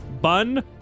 Bun